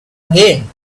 again